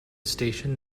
station